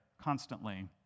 constantly